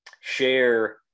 share